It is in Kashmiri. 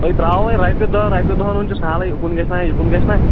وۅلہٕ ترٛاو وۅنۍ رۄپیہِ دَہ رۄپیٚن دَہَن ہُنٛد چھُ سہلٕے اوٚکُن گژھِنا یوٚکُن گژھِنا